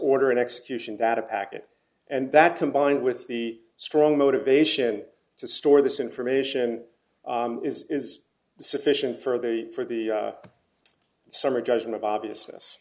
order in execution that a packet and that combined with the strong motivation to store this information is sufficient for the for the summary judgment of obvious